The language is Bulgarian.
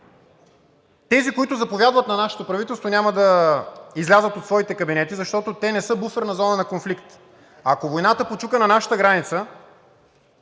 Тези, които заповядват на нашето правителство, няма да излязат от своите кабинети, защото те не са буферна зона на конфликт. Ако войната почука на нашата граница